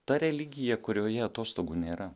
ta religija kurioje atostogų nėra